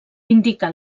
indica